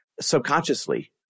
subconsciously